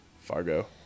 Fargo